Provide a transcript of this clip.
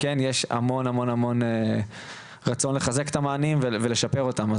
כן יש המון המון רצון לחזק את המענים ולשפר אותם.